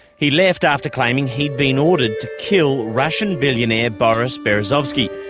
he left after claiming he'd been ordered to kill russian billionaire boris berezovsky.